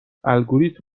الگوریتم